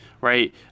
right